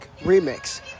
remix